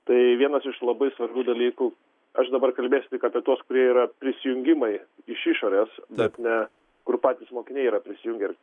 tai vienas iš labai svarbių dalykų aš dabar kalbėsiu tik apie tuos kurie yra prisijungimai iš išorės ne kur patys mokiniai yra prisijungę ir